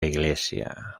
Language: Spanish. iglesia